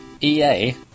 EA